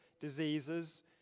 diseases